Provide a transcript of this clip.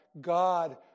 God